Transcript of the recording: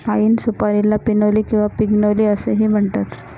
पाइन सुपारीला पिनोली किंवा पिग्नोली असेही म्हणतात